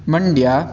Mandya